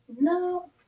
No